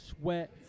sweat